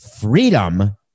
freedom